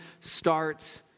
starts